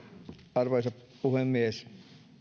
arvoisa puhemies nämä